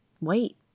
wait